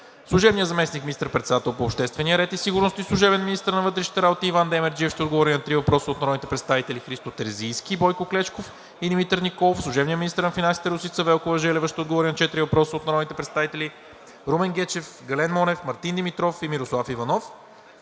Служебният заместник министър-председател по обществения ред и сигурност и служебен министър на вътрешните работи Иван Демерджиев ще отговори на три въпроса от народните представители Христо Терзийски; Бойко Клечков; и Димитър Николов. 5. Служебният министър на финансите Росица Велкова-Желева ще отговори на четири въпроса от народните представители Румен Гечев; Гален Монев; Мартин Димитров; и Мирослав Иванов.